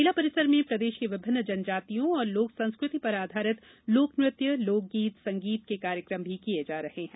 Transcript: मेला परिसर में प्रदेश की विभिन्न जनजातियों और लोक संस्कृति पर आधारित लोकनृत्य लोकगीत संगीत के कार्यक्रम भी किये जा रहे हैं